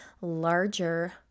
larger